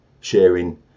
sharing